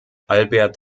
albert